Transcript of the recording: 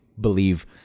believe